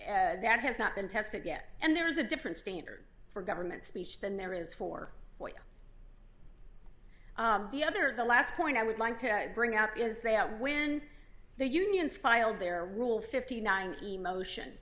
that has not been tested yet and there's a different standard for government speech than there is for what the other the last point i would like to bring out is that when the unions filed their rule fifty nine emotion